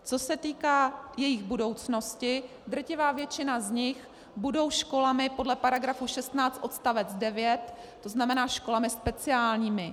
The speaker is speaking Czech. Co se týká jejich budoucnosti, drtivá většina z nich budou školami podle § 16 odst. 9, to znamená školami speciálními.